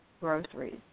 groceries